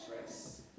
stress